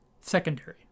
secondary